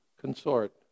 consort